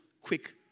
quick